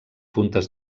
puntes